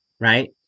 right